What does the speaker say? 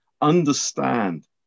understand